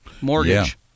mortgage